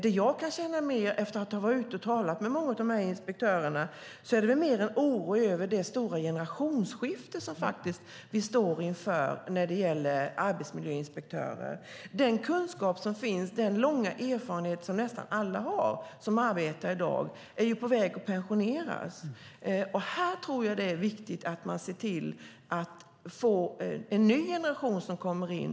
Efter att jag har varit ute och talat med många av dessa inspektörer märker jag att det finns en oro över det stora generationsskifte som vi faktiskt står inför när det gäller arbetsmiljöinspektörer. Många av dem som i dag har kunskap och lång erfarenhet och som arbetar i dag är på väg att pensioneras. Här tror jag att det är viktigt att man får en ny generation som kommer in.